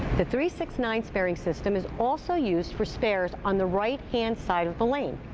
the three, six, nine sparing system is also used for spares on the right-hand side of the lane.